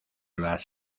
las